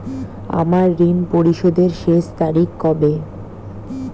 আমার ঋণ পরিশোধের শেষ তারিখ কবে?